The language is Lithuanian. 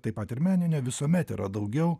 taip pat ir meninio visuomet yra daugiau